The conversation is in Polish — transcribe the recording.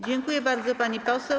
Dziękuję bardzo, pani poseł.